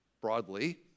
broadly